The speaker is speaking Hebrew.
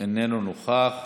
איננו נוכח,